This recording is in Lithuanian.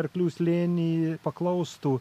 arklių slėnį paklaustų